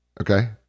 okay